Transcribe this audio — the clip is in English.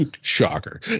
shocker